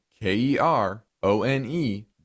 K-E-R-O-N-E